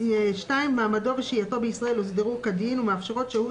מעמדו ושהייתו בישראל הוסדרו כדין ומאפשרות שהות